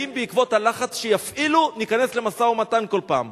האם בעקבות הלחץ שיפעילו ניכנס למשא-ומתן כל פעם?